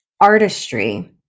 artistry